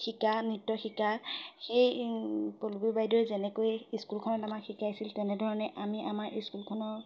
শিকা নৃত্য শিকা সেই পল্লৱী বাইদেৱে যেনেকৈ স্কুলখনত আমাক শিকাইছিল তেনেধৰণে আমি আমাৰ স্কুলখনৰ